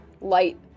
light